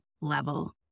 level